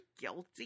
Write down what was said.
guilty